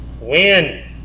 Win